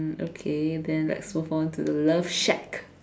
okay then let's move on to the love shack